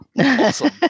Awesome